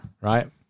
Right